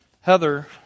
Heather